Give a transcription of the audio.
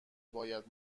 باید